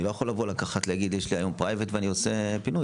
אני לא יכול לבוא לקחת ולהגיד "יש לי היום private" ואני עושה פינוי.